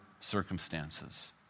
circumstances